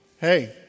Hey